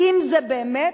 אם זה באמת,